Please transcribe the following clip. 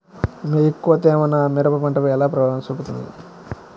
ఎక్కువ తేమ నా మిరప పంటపై ఎలా ప్రభావం చూపుతుంది?